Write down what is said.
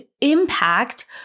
impact